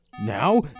now